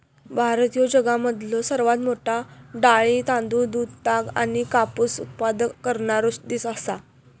भारत ह्यो जगामधलो सर्वात मोठा डाळी, तांदूळ, दूध, ताग आणि कापूस उत्पादक करणारो देश आसा